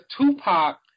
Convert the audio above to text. Tupac